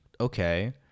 Okay